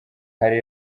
hari